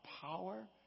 power